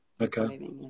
Okay